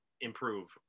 improve